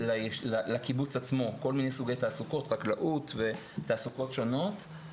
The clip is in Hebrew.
לקיבוץ עצמו יש כל מיני סוגי תעסוקות חקלאות ותעסוקות שונות.